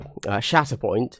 Shatterpoint